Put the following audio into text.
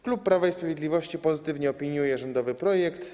Klub Prawa i Sprawiedliwości pozytywnie opiniuje rządowy projekt.